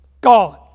God